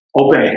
obey